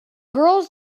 girls